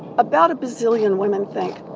about a bazillion women think,